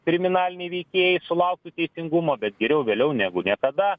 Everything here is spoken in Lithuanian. kriminaliniai veikėjai sulauktu teisingumo bet geriau vėliau negu niekada